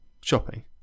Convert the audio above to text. Shopping